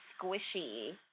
squishy